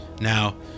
Now